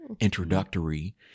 introductory